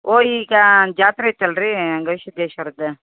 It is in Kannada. ಓ ಈಗ ಜಾತ್ರೆ ಐತೆ ಅಲ್ರಿ ಗವಿಸಿದ್ಧೇಶ್ವರದ್ದು